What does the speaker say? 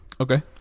Okay